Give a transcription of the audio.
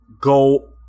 go